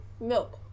milk